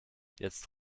jetzt